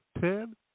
ten